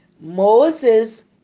Moses